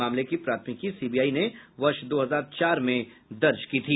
मामले की प्राथमिकी सीबीआई ने वर्ष दो हजार चार में दर्ज की थी